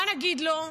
מה נגיד לו?